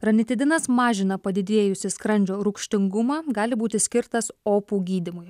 ranitidinas mažina padidėjusį skrandžio rūgštingumą gali būti skirtas opų gydymui